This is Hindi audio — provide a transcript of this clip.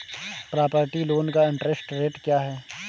प्रॉपर्टी लोंन का इंट्रेस्ट रेट क्या है?